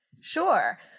Sure